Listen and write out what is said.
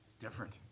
different